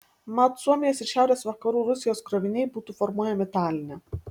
mat suomijos ir šiaurės vakarų rusijos kroviniai būtų formuojami taline